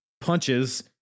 punches